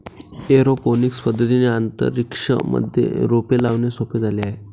aeroponics पद्धतीने अंतरिक्ष मध्ये रोपे लावणे सोपे झाले आहे